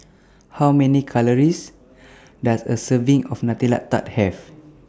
How Many Calories Does A Serving of Nutella Tart Have